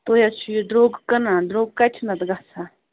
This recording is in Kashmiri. تُہۍ حَظ چھِو یہ درٛوٚگ کٕنان درٛوگ کتہِ چھُ نتہٕ گژھان